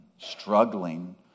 struggling